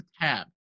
tab